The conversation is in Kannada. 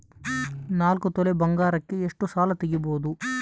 ನಾಲ್ಕು ತೊಲಿ ಬಂಗಾರಕ್ಕೆ ಎಷ್ಟು ಸಾಲ ತಗಬೋದು?